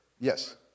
Yes